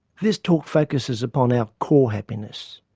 this talk focuses upon our core happiness.